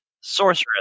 Sorceress